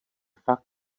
fakt